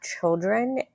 children